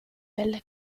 ribelle